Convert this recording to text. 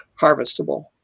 harvestable